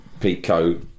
Pico